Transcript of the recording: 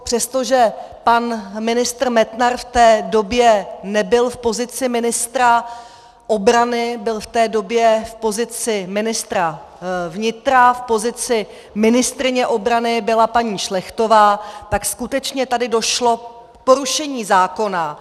Přestože pan ministr Metnar v té době nebyl v pozici ministra obrany, byl v té době v pozici ministra vnitra, v pozici ministryně obrany byla paní Šlechtová, tak skutečně tady došlo k porušení zákona.